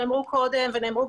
נהלים בעינינו,